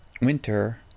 winter